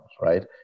right